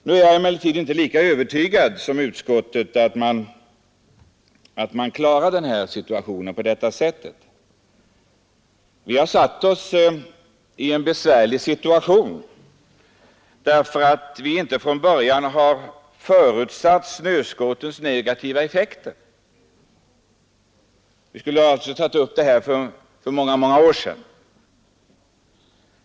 Jag är emellertid inte lika övertygad som utskottet om att man klarar den här situationen på det föreslagna sättet. Vi har satt oss i en besvärlig situation, därför att vi inte från början har förutsett snöskoterns negativa effekter. Vi skulle alltså ha tagit upp de här problemen för många år sedan.